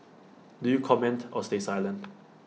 do you comment or stay silent